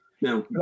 Now